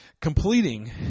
completing